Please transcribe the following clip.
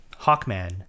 Hawkman